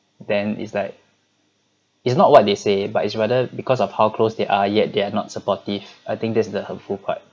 then it's like it's not what they say but it's rather because of how close they are yet they are not supportive I think there's the hurtful part